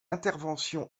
intervention